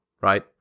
right